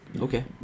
Okay